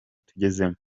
tugezemo